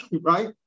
right